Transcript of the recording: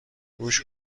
گوش